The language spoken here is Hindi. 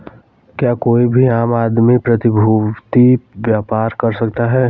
क्या कोई भी आम आदमी प्रतिभूती व्यापार कर सकता है?